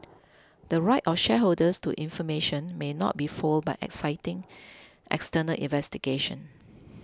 the right of shareholders to information may not be foiled by citing external investigations